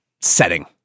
setting